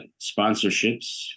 sponsorships